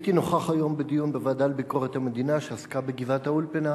הייתי נוכח היום בדיון בוועדה לביקורת המדינה שעסקה בגבעת-האולפנה,